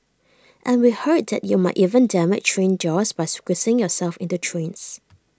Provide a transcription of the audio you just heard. and we heard that you might even damage train doors by squeezing yourself into trains